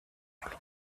longue